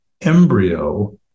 embryo